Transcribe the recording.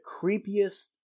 creepiest